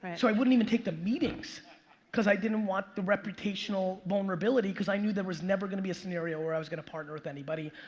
so i wouldn't even take the meetings cause i didn't want the reputational vulnerability cause i knew there was never gonna be a scenario where i was gonna partner with anybody.